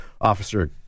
Officer